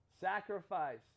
sacrifice